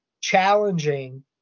challenging